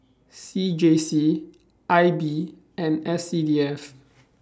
C J C I B and S C D F